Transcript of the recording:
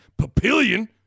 Papillion